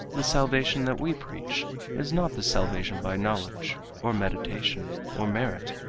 the salvation that we preach is not the salvation by knowledge, or meditation, or merit,